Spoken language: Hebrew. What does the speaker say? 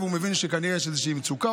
והוא מבין שכנראה יש איזושהי מצוקה,